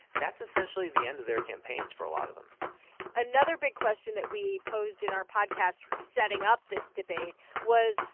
that's essentially the end of their campaigns for a lot of them another big question that we posed in our podcast sort of setting up this debate was,